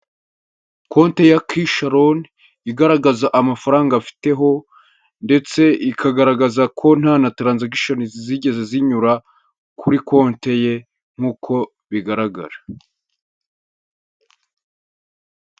Konti ya Ki Sharon igaragaza amafaranga afiteho ndetse ikagaragaza ko nta na taransagishenizi zigeze zinyura kuri konti ye nk'uko bigaragara.